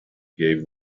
gave